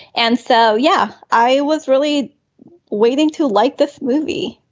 and so yeah i was really waiting to like this movie.